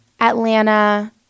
Atlanta